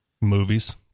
Movies